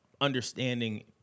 understanding